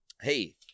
hey